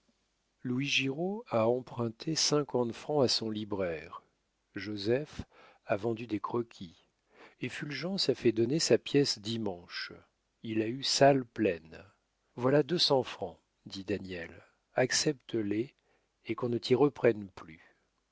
giraud a emprunté cinquante francs à son libraire joseph a vendu des croquis et fulgence a fait donner sa pièce dimanche il a eu salle pleine voilà deux cents francs dit daniel accepte les et qu'on ne t'y reprenne plus